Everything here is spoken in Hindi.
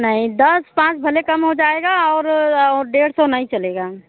नहीं दस पाँच भले कम हो जाएगा और और डेढ़ सौ नहीं चलेगा